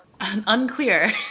unclear